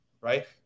Right